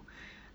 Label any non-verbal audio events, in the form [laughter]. [breath]